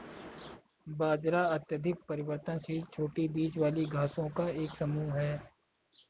बाजरा अत्यधिक परिवर्तनशील छोटी बीज वाली घासों का एक समूह है